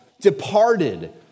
departed